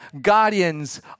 guardians